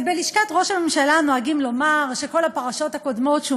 בלשכת ראש הממשלה נוהגים לומר שכל הפרשות הקודמות שהוא